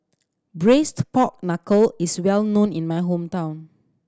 Braised Pork Knuckle is well known in my hometown